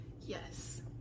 yes